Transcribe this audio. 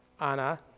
Anna